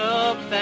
up